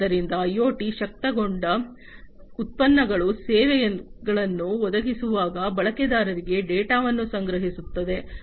ಆದ್ದರಿಂದ ಐಒಟಿ ಶಕ್ತಗೊಂಡ ಉತ್ಪನ್ನಗಳು ಸೇವೆಗಳನ್ನು ಒದಗಿಸುವಾಗ ಬಳಕೆದಾರರಿಂದ ಡೇಟಾವನ್ನು ಸಂಗ್ರಹಿಸುತ್ತವೆ